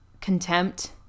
contempt